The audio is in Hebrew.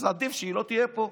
אז עדיף שהיא לא תהיה פה.